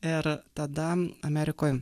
ir tada amerikoj